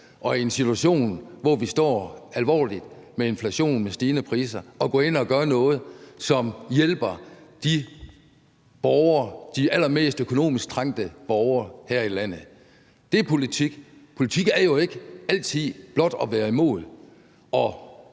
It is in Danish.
alvorlig situation, hvor man står med inflation og stigende priser, går vi ind og gør noget, som hjælper de allermest økonomisk trængte borgere her i landet. Det er politik! Politik er jo ikke altid blot at være imod